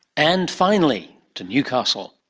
and finally to newcastle.